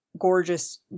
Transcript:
Gorgeous